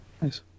Nice